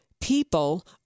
people